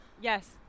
yes